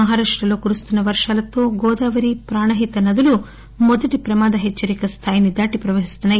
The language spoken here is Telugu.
మహారాష్రలో కురుస్తున్న వర్షాలతో గోదావరి ప్రాణహిత నదులు మొదటి ప్ర మాద హెచ్చరిక స్థాయి దాటి ప్రవహిస్తున్నాయి